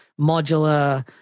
modular